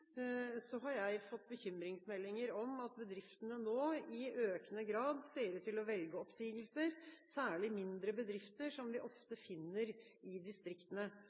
har jeg fått bekymringsmeldinger om at bedriftene nå i økende grad ser ut til å velge oppsigelser, særlig mindre bedrifter som vi ofte finner i distriktene.